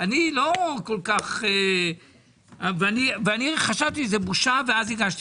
אני לא כל כך ואני חשבתי שזו בושה ואז הגשתי